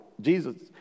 Jesus